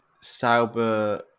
Sauber